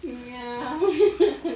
ya